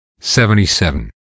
77